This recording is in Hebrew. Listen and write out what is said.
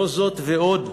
זאת ועוד,